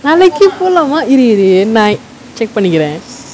நாளைக்கு போலாமா இரு இரு என்னா:naalaikku polaamaa iru iru ennaa check பண்ணிக்குற:pannikkura